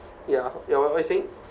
ya ya what you saying